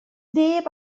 neb